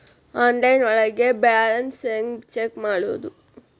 Online ಒಳಗೆ balance ಹ್ಯಾಂಗ check ಮಾಡೋದು?